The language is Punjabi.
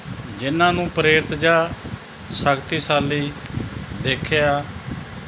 ਜਿਹਨਾਂ ਨੂੰ ਪ੍ਰੇਰਿਤ ਜਾਂ ਸ਼ਕਤੀਸ਼ਾਲੀ ਦੇਖਿਆ